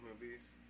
movies